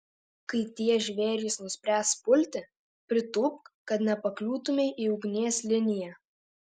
kai tie žvėrys nuspręs pulti pritūpk kad nepakliūtumei į ugnies liniją